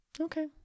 Okay